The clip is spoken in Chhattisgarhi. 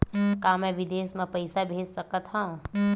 का मैं विदेश म पईसा भेज सकत हव?